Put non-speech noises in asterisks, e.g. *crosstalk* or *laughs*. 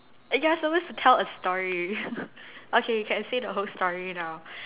uh you're supposed to tell a story *laughs* okay you can say the whole story now